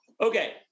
Okay